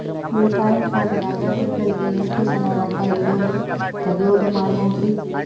ಉಳಿತಾಯ ಖಾತೆದಾಗ ತಿಂಗಳಿಗೆ ಎಷ್ಟ ಸಲ ರೊಕ್ಕ ಇಡೋದು, ತಗ್ಯೊದು ಮಾಡಬಹುದ್ರಿ?